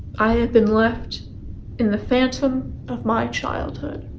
i have been left in the phantom of my childhood.